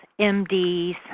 MDs